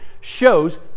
shows